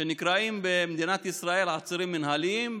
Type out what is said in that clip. שנקראים במדינת ישראל "עצירים מינהליים".